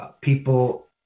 People